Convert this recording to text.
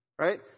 right